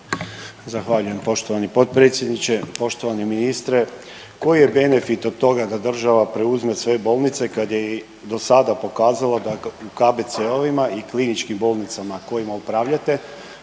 Zahvaljujem poštovani potpredsjedniče, poštovani ministre. Koji je benefit od toga da država preuzme sve bolnice kad je i do sada pokazala da u KBC-ovima i kliničkim bolnicama kojima upravljate